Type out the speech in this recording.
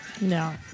no